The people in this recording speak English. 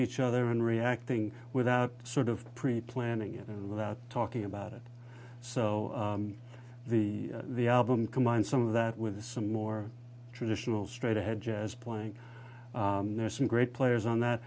each other and reacting without sort of pre planning it and without talking about it so the the album combine some of that with some more traditional straight ahead jazz playing there are some great players on that